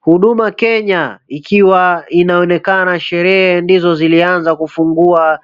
Huduma Kenya ikiwa inaonekana sherehe ndizo zilianza kufunguwa